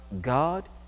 God